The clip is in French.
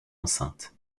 enceinte